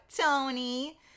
tony